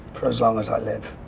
for as long as i live.